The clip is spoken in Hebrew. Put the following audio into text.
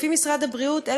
לפי משרד הבריאות,